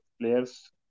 players